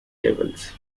devils